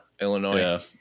Illinois